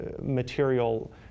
material